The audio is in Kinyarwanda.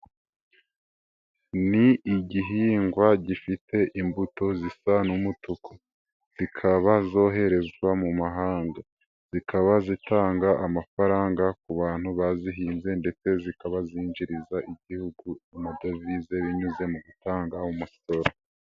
Ni igihingwa gifite imbuto zisa n'umutuku. Zikaba zoherezwa mu mahanga. Zikaba zitanga amafaranga ku bantu bazihinze ndetse zikaba zinjiriza igihugu amadovize binyuze mu gutanga umusoro.